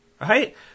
Right